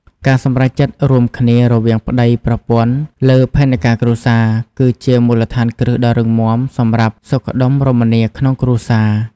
ការសម្រេចចិត្តរួមគ្នារវាងប្តីប្រពន្ធលើផែនការគ្រួសារ គឺជាមូលដ្ឋានគ្រឹះដ៏រឹងមាំសម្រាប់សុខដុមរមនាក្នុងគ្រួសារ។